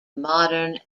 modern